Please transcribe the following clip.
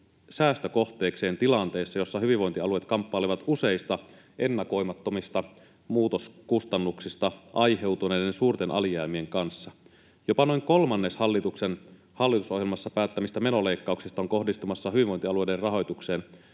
säästökohteekseen tilanteessa, jossa hyvinvointialueet kamppailevat useista ennakoimattomista muutoskustannuksista aiheutuneiden suurten alijäämien kanssa. Jopa noin kolmannes hallituksen hallitusohjelmassa päättämistä menoleikkauksista on kohdistumassa hyvinvointialueiden rahoitukseen